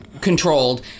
controlled